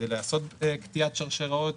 כדי לעשות קטיעת שרשראות.